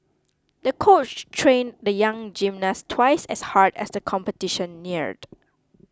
the coach trained the young gymnast twice as hard as the competition neared